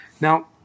Now